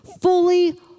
fully